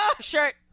Shirt